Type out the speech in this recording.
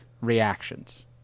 reactions